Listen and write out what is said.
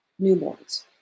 newborns